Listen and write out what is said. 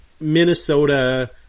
Minnesota